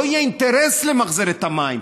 לא יהיה אינטרס למחזר את המים.